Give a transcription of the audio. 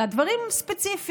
אלא דברים ספציפיים,